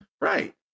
Right